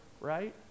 right